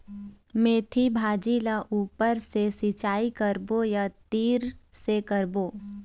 मेंथी भाजी ला ऊपर से सिचाई करबो या तरी से करबो?